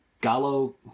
Gallo